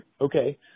okay